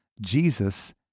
Jesus